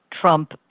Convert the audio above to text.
trump